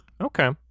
Okay